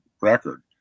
record